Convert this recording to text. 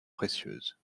précieuses